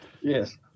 Yes